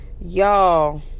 y'all